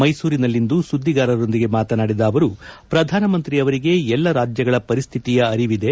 ಮೈಸೂರಿನಲ್ಲಿಂದು ಸುದ್ದಿಗಾರರೊಂದಿಗೆ ಮಾತನಾಡಿದ ಅವರು ಪ್ರಧಾನ ಮಂತ್ರಿ ಅವರಿಗೆ ಎಲ್ಲಾ ರಾಜ್ಯಗಳ ಪರಿಸ್ಥಿತಿಯ ಅರಿವಿದೆ